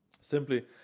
simply